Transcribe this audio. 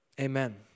amen